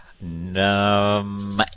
No